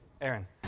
Aaron